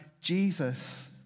Jesus